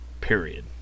period